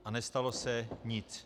A nestalo se nic.